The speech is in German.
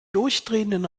durchdrehenden